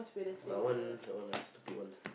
my one that one ah stupid one lah